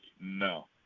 no